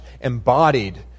embodied